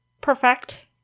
perfect